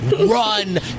run